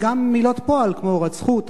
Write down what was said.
וגם מילות פועל כמו רצחו,